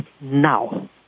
now